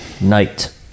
Night